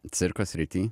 cirko srity